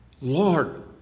Lord